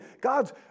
God's